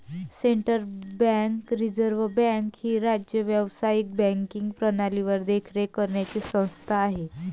central bank reserve bank ही राज्य व्यावसायिक बँकिंग प्रणालीवर देखरेख करणारी संस्था आहे